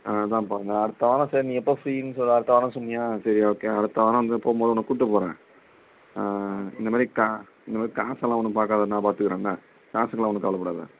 ஆ அதாம்ப்பா நான் அடுத்தவாரம் சரி நீ எப்போ ஃப்ரீன்னு சொல்லு அடுத்தவாரம் சொன்னியா சரி ஓகே அடுத்தவாரம் வந்து போம்போது உன்னை கூப்பிட்டு போகிறேன் இந்தமாதிரி கா இந்தம்மாதிரி காஸெல்லாம் ஒன்றும் பார்க்காத நான் பார்த்துக்குறேன் என்ன காசுக்கெல்லாம் ஒன்றும் கவலைப்படாத